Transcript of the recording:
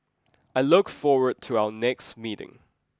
I look forward to our next meeting